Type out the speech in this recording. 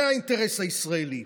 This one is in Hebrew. זה האינטרס הישראלי.